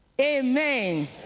Amen